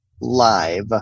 live